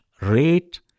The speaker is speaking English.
rate